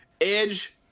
Edge